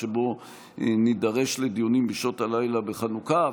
שבו נידרש לדיונים בשעות הלילה בחנוכה,